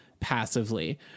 passively